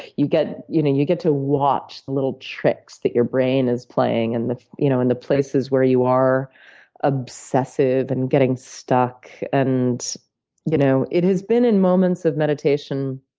you get you know you get to watch the little tricks that your brain is playing and you know and the places where you are obsessive and getting stuck. and you know it has been in moments of meditation